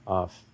off